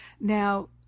now